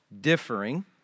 Differing